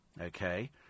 okay